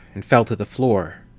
and fell to the floor.